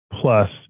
plus